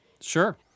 Sure